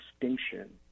extinction